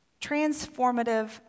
transformative